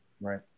Right